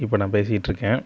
இப்போ நான் பேசிகிட்டு இருக்கேன்